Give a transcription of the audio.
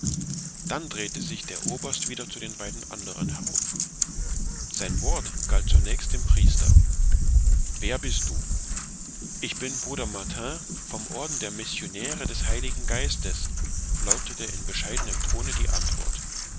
dann drehte sich der oberst wieder zu den beiden andern herum sein wort galt zunächst dem priester wer bist du ich bin bruder martin vom orden der missionäre des heiligen geistes lautete in bescheidenem tone die antwort